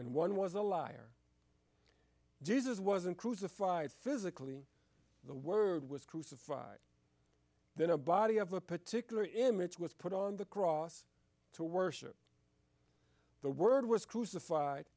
and one was a liar jesus wasn't crucified physically the word was crucified then a body of a particular image was put on the cross to worship the word was crucified